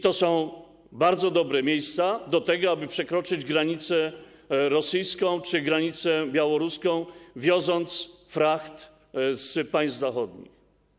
To są bardzo dobre miejsca do tego, aby przekroczyć granicę rosyjską czy granicę białoruską, wioząc fracht z państw zachodnich.